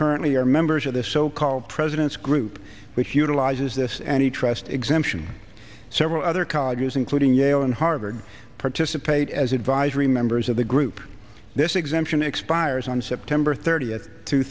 currently are members of the so called president's group which utilizes this and trust exemption several other colleges including yale and harvard participate as advisory members of the group this exemption expires on september thirtieth two